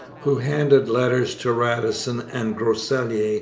who handed letters to radisson and groseilliers,